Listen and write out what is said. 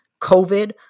COVID